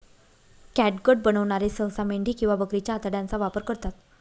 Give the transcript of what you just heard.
catgut बनवणारे सहसा मेंढी किंवा बकरीच्या आतड्यांचा वापर करतात